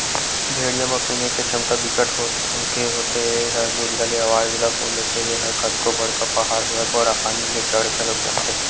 भेड़िया म सुने के छमता बिकट के होथे ए ह दुरिहा ले अवाज ल सुन लेथे, ए ह कतको बड़का पहाड़ होवय बड़ असानी ले चढ़ घलोक जाथे